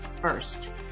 first